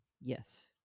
Yes